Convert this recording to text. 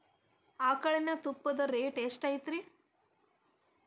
ಆಕಳಿನ ತುಪ್ಪದ ರೇಟ್ ಎಷ್ಟು ಇರತೇತಿ ರಿ?